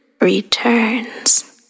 Returns